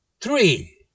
Three